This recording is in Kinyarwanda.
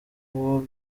uwo